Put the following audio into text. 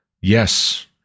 Yes